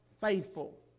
faithful